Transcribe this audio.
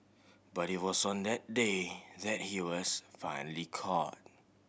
but it was on that day that he was finally caught